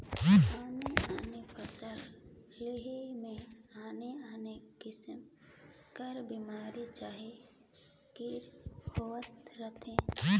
आने आने फसिल लेहे में आने आने किसिम कर बेमारी चहे कीरा होवत रहथें